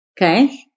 Okay